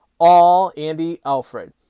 AllAndyAlfred